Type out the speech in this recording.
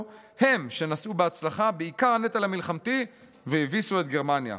הם שנשאו בהצלחה בעיקר הנטל המלחמתי והביסו את גרמניה.